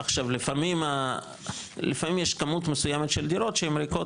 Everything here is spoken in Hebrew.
עכשיו לפעמים יש כמות מסוימת של דירות שהן ריקות,